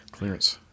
Clearance